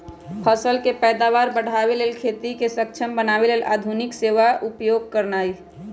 फसल के पैदावार बढ़ाबे लेल आ खेती के सक्षम बनावे लेल आधुनिक सेवा उपयोग करनाइ